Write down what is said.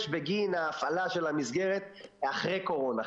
בגין הפעלה של המסגרת אחרי קורונה.